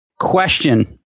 Question